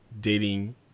dating